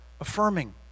affirming